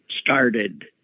started